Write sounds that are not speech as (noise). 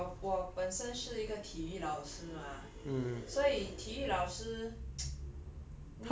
orh 因为我我本身是一个体育老师 mah 所以体育老师 (noise)